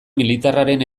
militarraren